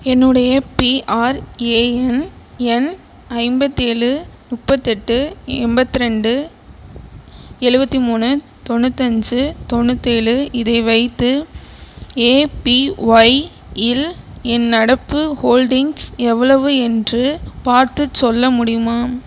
என்னுடைய பிஆர்ஏஎன் எண் ஐம்பத்து ஏழு முப்பத்துதெட்டு எண்பத்திரெண்டு எழுபத்திமூணு தொண்ணூத்தஞ்சு தொண்ணூத்துஏழு இதை வைத்து ஏபிஒய்யில் என் நடப்பு ஹோல்டிங்ஸ் எவ்வளவு என்று பார்த்துச் சொல்ல முடியுமா